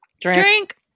Drink